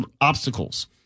obstacles